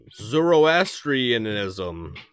Zoroastrianism